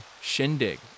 shindig